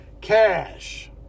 cash